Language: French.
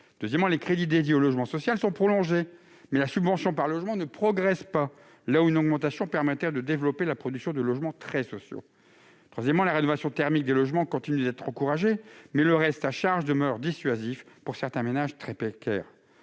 Ensuite, les crédits dédiés au logement social sont prolongés, mais la subvention par logement ne progresse pas, alors qu'une augmentation permettrait de développer la production de logements très sociaux. En outre, la rénovation thermique des logements continue d'être encouragée, mais le reste à charge demeure dissuasif pour certains ménages très précaires.